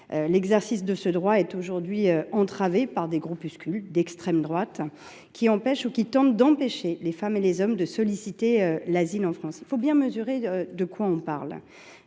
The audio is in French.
L’exercice de ce droit est en effet aujourd’hui entravé par des groupuscules d’extrême droite qui empêchent ou qui tentent d’empêcher des femmes et des hommes de solliciter l’asile en France. De telles actions, qui ont